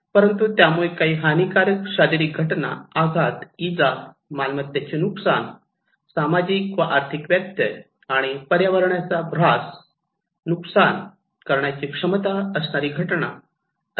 परंतु त्यामुळे काही हानीकारक शारीरिक घटना आघात इजा मालमत्तेचे नुकसान सामाजिक व आर्थिक व्यत्यय आणि पर्यावरणाचा र्हास नुकसान करण्याची क्षमता असणारी घटना असे आपण म्हणू शकतो